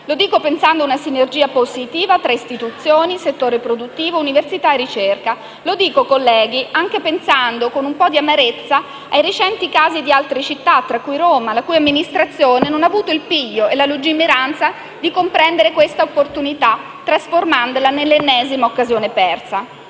Lo dico pensando a una sinergia positiva tra istituzioni, settore produttivo, università e ricerca; lo dico, colleghi, anche pensando con un po' di amarezza ai recenti casi di altre città, tra cui Roma, la cui amministrazione non ha avuto il piglio e la lungimiranza per comprendere questa opportunità, trasformandola nell'ennesima occasione persa.